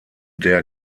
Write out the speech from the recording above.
der